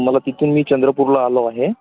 मला तिथून मी चंद्रपूरला आलो आहे